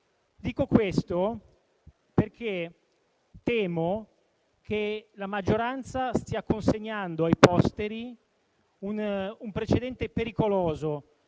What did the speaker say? Dico questo perché temo che la maggioranza stia consegnando ai posteri un precedente pericoloso,